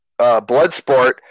Bloodsport